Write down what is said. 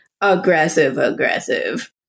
aggressive-aggressive